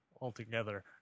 altogether